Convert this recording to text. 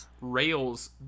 rails